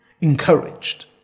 encouraged